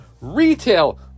retail